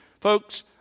Folks